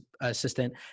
assistant